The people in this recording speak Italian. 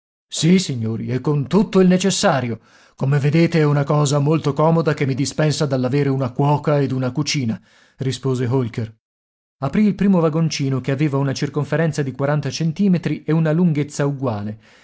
sì signori e con tutto il necessario come vedete è una cosa molto comoda che mi dispensa dall'avere una cuoca ed una cucina rispose holker aprì il primo vagoncino che aveva una circonferenza di quaranta centimetri e una lunghezza uguale